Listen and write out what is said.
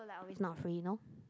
like always not free you know